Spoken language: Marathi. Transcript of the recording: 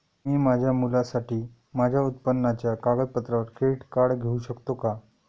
मी माझ्या मुलासाठी माझ्या उत्पन्नाच्या कागदपत्रांवर क्रेडिट कार्ड घेऊ शकतो का?